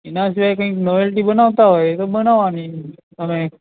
એના સિવાય કઈક નોવેલ્ટી બનાવતા હોય તો બનાવાની અને